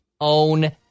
own